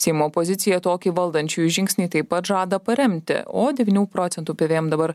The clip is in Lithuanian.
seimo opozicija tokį valdančiųjų žingsnį taip pat žada paremti o devynių procentų pvm dabar